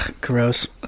Gross